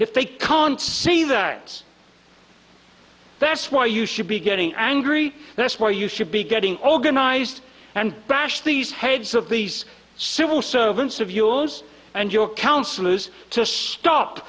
if they can't see that that's why you should be getting angry that's why you should be getting organized and bash these heads of these civil servants of yours and your counselors to stop